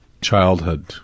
childhood